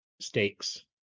stakes